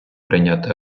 прийняти